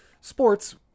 sports